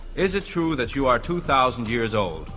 is it true that you are two thousand years old?